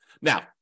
Now